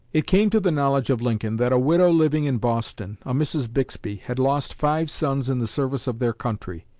it came to the knowledge of lincoln that a widow living in boston a mrs. bixby had lost five sons in the service of their country.